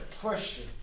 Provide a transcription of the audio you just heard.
question